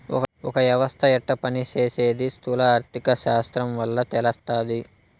ఒక యవస్త యెట్ట పని సేసీది స్థూల ఆర్థిక శాస్త్రం వల్ల తెలస్తాది